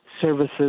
services